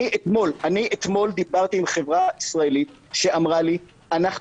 אני אתמול דיברתי עם חברה ישראלית שאמרה לי שהם